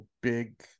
big